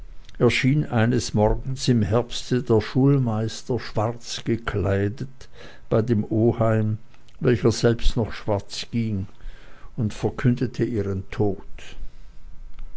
erschien eines morgens im herbste der schulmeister schwarz gekleidet bei dem oheim welcher selbst noch schwarz ging und verkündete ihren tod